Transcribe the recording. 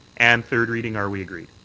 and third reading are we agreed?